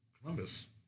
Columbus